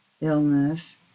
illness